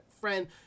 friend